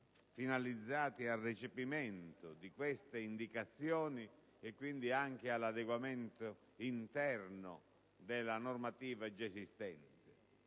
finalizzati al recepimento di queste indicazioni e quindi anche all'adeguamento interno della normativa già esistente.